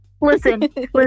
Listen